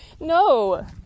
No